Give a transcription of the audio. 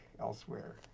elsewhere